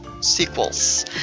sequels